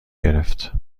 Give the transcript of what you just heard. گرفت